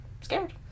scared